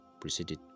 preceded